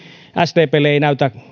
sdplle ei näytä